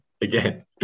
again